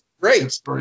great